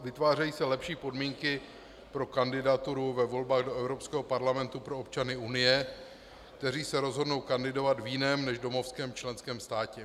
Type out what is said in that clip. Vytvářejí se lepší podmínky pro kandidaturu ve volbách do Evropského parlamentu pro občany Unie, kteří se rozhodnou kandidovat v jiném než domovském členském státě.